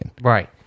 Right